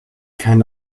kein